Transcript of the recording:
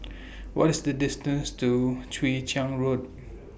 What IS The distance to Chwee Chian Road